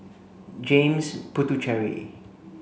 James Puthucheary